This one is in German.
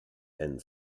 anne